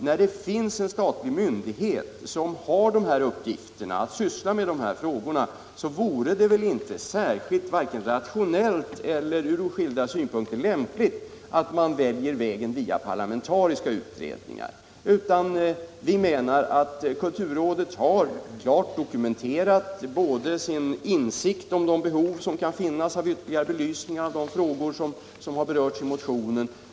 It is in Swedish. När det finns en statlig myndighet, som har till uppgift att syssla med dessa frågor, vore det väl inte särskilt vare sig rationellt eller från skilda synpunkter lämpligt att välja vägen via parlamentariska utredningar. Vi anser att kulturrådet har klart dokumenterat sin insikt om det behov som kan finnas av att ytterligare belysa de frågor som berörts i motionen.